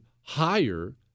higher